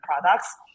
products